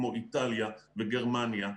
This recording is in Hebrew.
כמו איטליה וגרמניה,